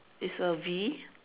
it's a V